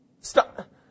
Stop